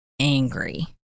angry